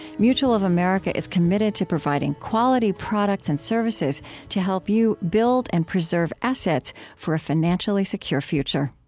mutual of america is committed to providing quality products and services to help you build and preserve assets for a financially secure future